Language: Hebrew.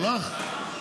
הלך?